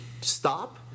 stop